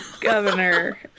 Governor